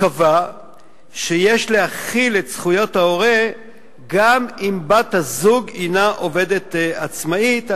שיש להחיל את זכויות ההורה גם אם בת-הזוג היא עובדת עצמאית,